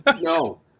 no